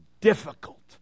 difficult